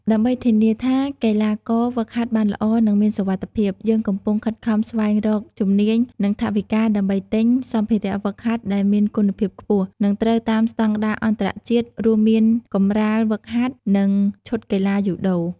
ដើម្បីធានាថាកីឡាករហ្វឹកហាត់បានល្អ និងមានសុវត្ថិភាព យើងកំពុងខិតខំស្វែងរកជំនួយ និងថវិកា ដើម្បីទិញ សម្ភារៈហ្វឹកហាត់ដែលមានគុណភាពខ្ពស់ និងត្រូវតាមស្តង់ដារអន្តរជាតិរួមមាន កម្រាលហ្វឹកហាត់ និង ឈុតកីឡាយូដូ ។